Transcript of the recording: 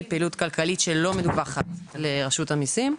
פעילות כלכלית שלא מדווחת לרשות המיסים,